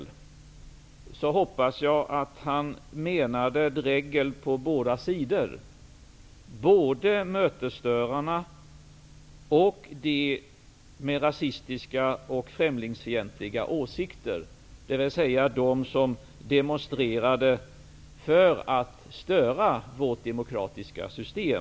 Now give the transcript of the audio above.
Jag hoppas att han menade drägg på båda sidor -- mötesstörande och sådana som har rasistiska och främlingsfientliga åsikter och som demonstrerade för att störa vårt demokratiska system.